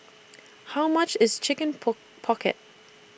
How much IS Chicken Pocket